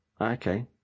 Okay